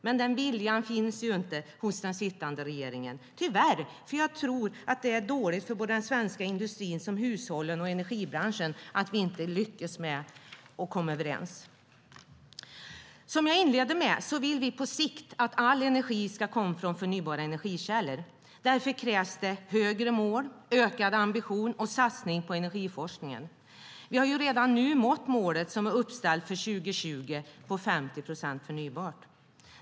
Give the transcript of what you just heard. Men den viljan finns ju inte hos sittande regering, tyvärr. Jag tror det är dåligt för både den svenska industrin liksom hushållen och energibranschen att vi inte lyckas att komma överens. Som jag inledde med att säga vill vi på sikt att all energi ska komma från förnybara energikällor. Därför krävs det högre mål, ökad ambition och satsning på energiforskningen. Vi har redan nu nått målet som är uppställt för 2020 på 50 procent förnybart.